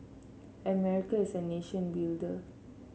America is a nation of builders